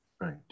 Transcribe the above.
Right